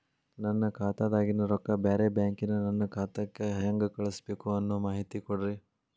ನನ್ನ ಖಾತಾದಾಗಿನ ರೊಕ್ಕ ಬ್ಯಾರೆ ಬ್ಯಾಂಕಿನ ನನ್ನ ಖಾತೆಕ್ಕ ಹೆಂಗ್ ಕಳಸಬೇಕು ಅನ್ನೋ ಮಾಹಿತಿ ಕೊಡ್ರಿ?